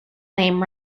name